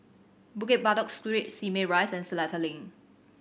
Bukit Batok Street Simei Rise and Seletar Link